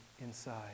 inside